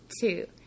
Two